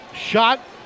shot